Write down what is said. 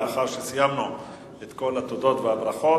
לאחר שסיימנו את כל התודות והברכות,